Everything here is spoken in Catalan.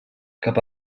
cap